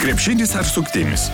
krepšinis ar suktinis